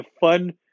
fun